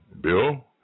bill